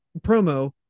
promo